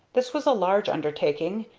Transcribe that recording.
this was a large undertaking,